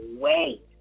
wait